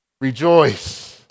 Rejoice